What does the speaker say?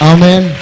Amen